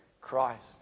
Christ